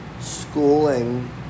schooling